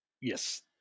yes